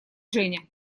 женя